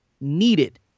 needed